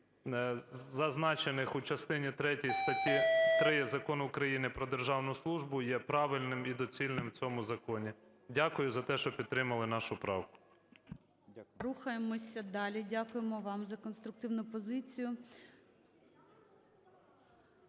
зазначених у частині третій статті 3 Закону України "Про державну службу" є правильним і доцільним у цьому законі. Дякуємо за те, що підтримали нашу правку.